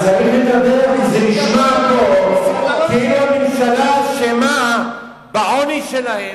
אני צריך לדבר כי זה נשמע פה כאילו הממשלה אשמה בעוני שלהם,